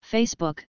Facebook